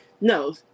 No